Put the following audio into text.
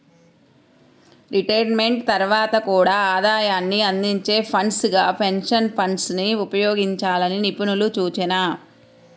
retirement తర్వాత కూడా ఆదాయాన్ని అందించే ఫండ్స్ గా పెన్షన్ ఫండ్స్ ని ఉపయోగించాలని నిపుణుల సూచన